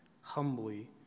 humbly